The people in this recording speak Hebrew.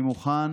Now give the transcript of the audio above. אני מוכן,